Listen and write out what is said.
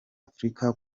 afrika